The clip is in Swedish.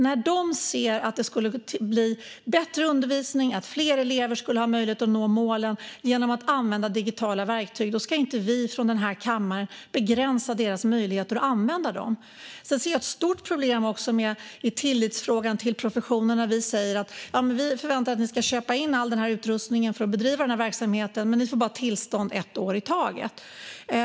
När de ser att undervisningen skulle bli bättre och att fler elever skulle ha möjlighet att nå målen genom att man använder digitala verktyg ska inte vi från denna kammare begränsa deras möjligheter att använda dem. Jag ser också ett stort problem i frågan om tillit till professionen när vi säger att vi förväntar oss att man ska köpa in all utrustning för att bedriva denna verksamhet samtidigt som man bara får tillstånd ett år i taget.